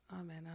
Amen